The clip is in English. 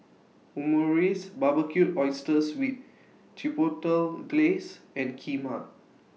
Omurice Barbecued Oysters with Chipotle Glaze and Kheema